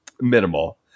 minimal